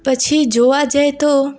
પછી જોવા જાય તો